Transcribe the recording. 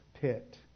pit